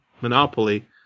Monopoly